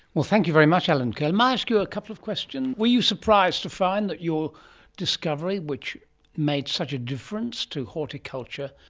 well, thank you very much allen kerr. may i ask you a couple of questions? were you surprised to find your discovery, which made such a difference to horticulture,